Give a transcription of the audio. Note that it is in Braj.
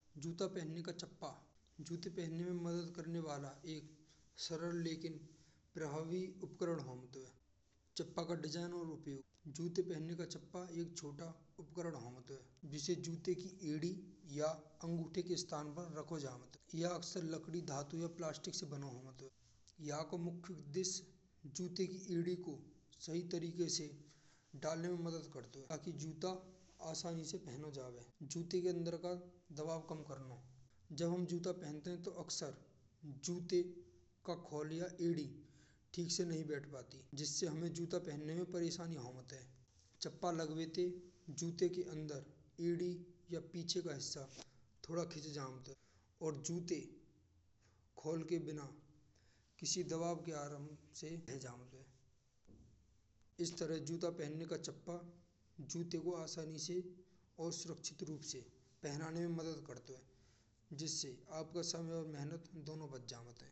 जूता पहनने का छप्पा जूत पहनने में मदद करने वाला एक सरल लेकिन प्रभावी उपकरण है। जै का उपयोग जूता पहनने का छप्पा। एक छोटा उपकरण जिसे जूता की एड़ी या अंगूठे के स्थान पर रखो जावत है। अक्सर लकड़ी धातु या प्लास्टिक से बना होत है। याकू मुखिया उद्देश्य जूता की एड़ी को सही तरीके से डालने में मदद करते हैं। ताकि जूता आसानी से पहनयो जावे जूता के अंदर का दबाव काम करना। जब हम जूता पहनते हैं तो अक्सर जूता का खोलिया एड़ी ठीक से नहीं बैठ पाती। जिसे हामन जूता पहनने में परेशानी होत है। छप्पा लगने से जूत के अंदर एड़ी या पीछे का हिस्सा थोड़ा खींच जाओन तो और जूत खोलकर बिना किसी दबाव के आराम से देह जावत है। इस तरह जूता पहनने का छप्पा जूते को आसानी से और सुरक्षित रूप से पहनने में मदद करता है। जिसे आपका समय और मेहनत दोनों बच जावत है।